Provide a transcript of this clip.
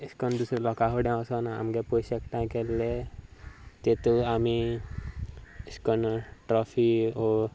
अशे करून दुसऱ्या लोकां फुड्या वचून आमचे पयशे एकठांय केल्ले तातूंत आमी अशे करून ट्रॉफी वा